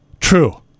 True